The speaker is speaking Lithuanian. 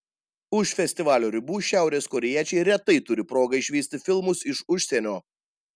už festivalio ribų šiaurės korėjiečiai retai turi progą išvysti filmus iš užsienio